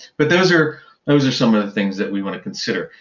but those are those are some of the things that we want to consider.